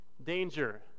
danger